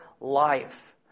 life